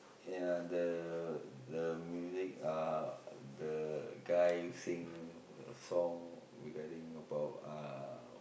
ya the the music uh the guy singing song regarding about uh